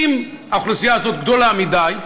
אם האוכלוסייה הזאת גדולה מדי,